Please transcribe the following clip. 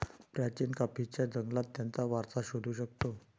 प्राचीन कॉफीच्या जंगलात त्याचा वारसा शोधू शकतो